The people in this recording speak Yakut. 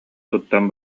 туттан